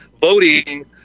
Voting